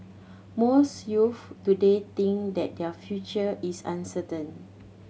most youths today think that their future is uncertain